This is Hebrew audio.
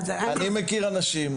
אני מכיר אנשים,